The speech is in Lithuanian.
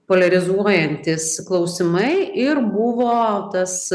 poliarizuojantys klausimai ir buvo tas